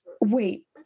wait